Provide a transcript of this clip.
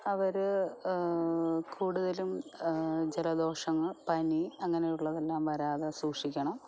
അവർ കൂടുതലും ജലദോഷങ്ങൾ പനി അങ്ങനെയുള്ളതെല്ലാം വരാതെ സൂക്ഷിക്കണം